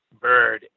bird